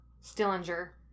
Stillinger